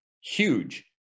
huge